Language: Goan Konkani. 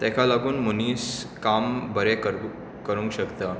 तेका लागून मोनीस काम बरें करुंक करुंक शकता